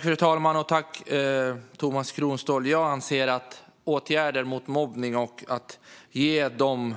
Fru talman! Jag anser att åtgärderna mot mobbning och att ge de